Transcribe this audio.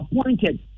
appointed